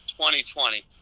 2020